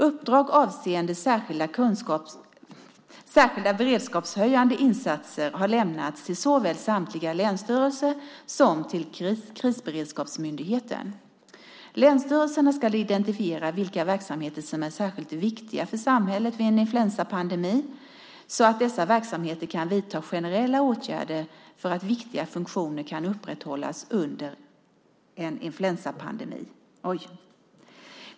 Uppdrag avseende särskilda beredskapshöjande insatser har lämnats till såväl samtliga länsstyrelser som till Krisberedskapsmyndigheten, KBM. Länsstyrelserna ska identifiera vilka verksamheter som är särskilt viktiga för samhället vid en influensapandemi så att dessa verksamheter kan vidta generella åtgärder för att viktiga funktioner ska kunna upprätthållas under en influensapandemi.